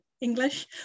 English